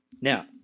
Now